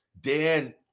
Dan